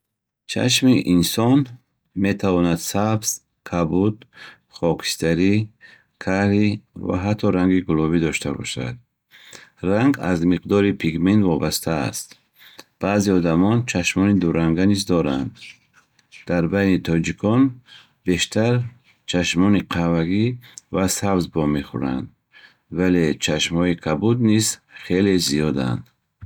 Чашми инсон метавонад сабз, кабуд, хокистарӣ, карӣ ва ҳатто ранги гулобӣ дошта бошад. Ранг аз миқдори пигмент вобаста аст. Баъзе одамон чашмони ду ранга низ доранд. Дар байни тоҷикон бештар чашмони қаҳвагӣ ва сабз вомехӯранд, вале чашмҳои кабуд низ хеле зиёданд.